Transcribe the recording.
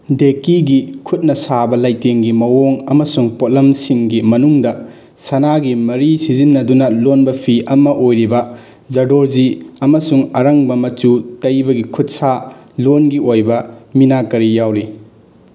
ꯗꯦꯛꯀꯤꯒꯤ ꯈꯨꯠꯅ ꯁꯥꯕ ꯂꯩꯇꯦꯡꯒꯤ ꯃꯑꯣꯡ ꯑꯃꯁꯨꯡ ꯄꯣꯠꯂꯝꯁꯤꯡꯒꯤ ꯃꯅꯨꯡꯗ ꯁꯅꯥꯒꯤ ꯃꯔꯤ ꯁꯤꯖꯤꯟꯅꯗꯨꯅ ꯂꯣꯟꯕ ꯐꯤ ꯑꯃ ꯑꯣꯏꯔꯤꯕ ꯖꯔꯗꯣꯖꯤ ꯑꯃꯁꯨꯡ ꯑꯔꯥꯡꯕ ꯃꯆꯨ ꯇꯩꯕꯒꯤ ꯈꯨꯠꯁꯥ ꯂꯣꯟꯒꯤ ꯑꯣꯏꯕ ꯃꯤꯅꯥꯀꯥꯔꯤ ꯌꯥꯎꯔꯤ